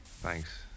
Thanks